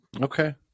Okay